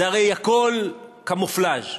זה הרי הכול קמופלז',